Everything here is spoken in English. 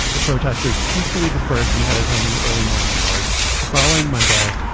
the protesters peacefully dispersed and headed home in the early morning hours the following monday.